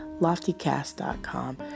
LoftyCast.com